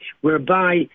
Whereby